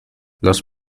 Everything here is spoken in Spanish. los